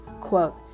Quote